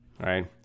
right